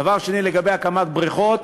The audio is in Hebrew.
דבר שני, לגבי הקמת בריכות,